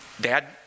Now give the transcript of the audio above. Dad